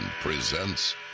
presents